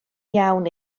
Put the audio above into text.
iawn